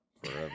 Forever